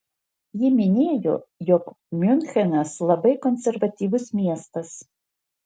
ji minėjo jog miunchenas labai konservatyvus miestas